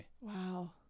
wow